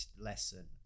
lesson